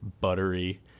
buttery